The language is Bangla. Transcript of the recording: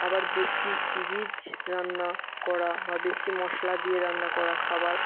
আবার বেশি রিচ রান্না করা বা বেশি মশলা দিয়ে রান্না করা খাবার